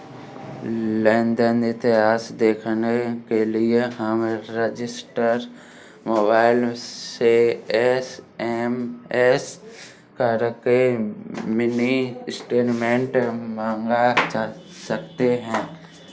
लेन देन इतिहास देखने के लिए हम रजिस्टर मोबाइल से एस.एम.एस करके मिनी स्टेटमेंट मंगा सकते है